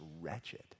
wretched